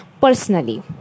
personally